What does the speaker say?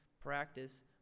practice